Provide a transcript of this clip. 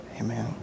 Amen